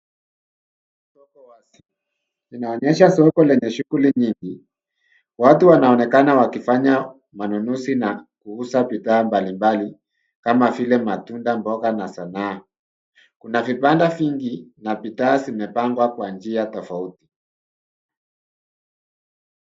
Soko wazi linaonyesha soko lenye shughuli nyingi. Watu wanaonekana wakifanya manunuzi na kuuza bidhaa mbalimbali kama vile matunda, mboga na saana. Kuna vibanda vingi na bidhaa zimepangwa kwa njia tofauti.